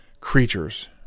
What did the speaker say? Creatures